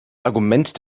argument